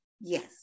Yes